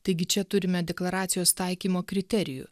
taigi čia turime deklaracijos taikymo kriterijų